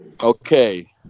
Okay